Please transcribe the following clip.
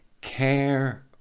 care